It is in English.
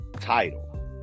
title